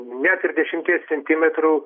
net ir dešimties centimetrų